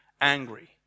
angry